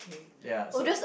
ya so